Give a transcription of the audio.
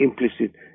implicit